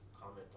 comment